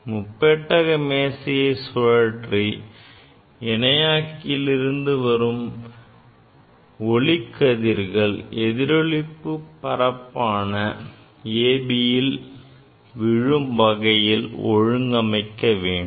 முப்பட்டக மேசையை சுழற்றி இணையாக்கியில் இருந்து வெளிவரும் ஒளிக்கதிர்கள் எதிரொளிப்பு ஒளிபரப்பான AB விழும் வகையில் ஒழுங்கமைக்க வேண்டும்